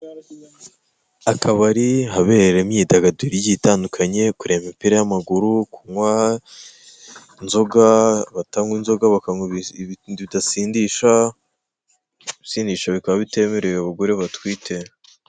Akabari habere imyidagaduro igiye itandukanye kureba imipira y'amaguru, kunywa inzoga, abatanywa inzoga bakanywa ibidasindisha, ibisindisha bikaba bitemerewe abagore batwite.